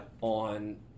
on